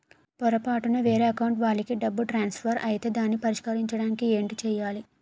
పొరపాటున వేరే అకౌంట్ వాలికి డబ్బు ట్రాన్సఫర్ ఐతే దానిని పరిష్కరించడానికి ఏంటి చేయాలి?